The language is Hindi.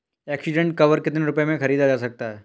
एक्सीडेंट कवर कितने रुपए में खरीदा जा सकता है?